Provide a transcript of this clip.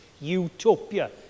Utopia